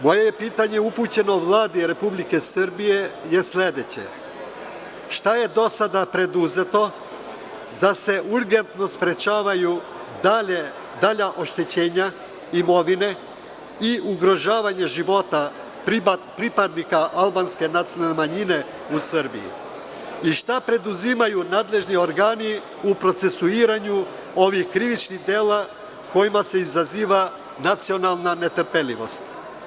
Moje pitanje upućeno Vladi Republike Srbije je sledeće - šta je do sada preduzeto da se urgentno sprečavaju dalja oštećenja imovine i ugrožavanje života pripadnika albanske nacionalne manjine u Srbiji i šta preduzimaju nadležni organi u procesiranju ovih krivičnih dela kojima se izaziva nacionalna netrpeljivost?